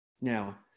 Now